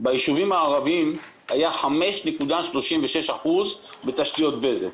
ביישובים הערביים היה 5.36% בתשתיות בזק.